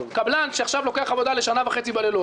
קבלן שעכשיו לוקח עבודה לשנה וחצי בלילות